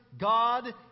God